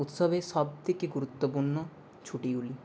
উৎসবের সবথেকে গুরুত্বপূর্ণ ছুটিগুলি